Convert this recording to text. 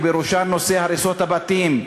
ובראשן נושא הריסות הבתים,